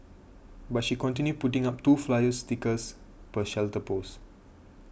but she continued putting up two flyer stickers per shelter post